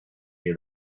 near